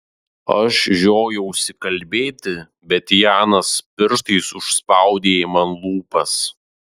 aš žiojausi kalbėti bet janas pirštais užspaudė man lūpas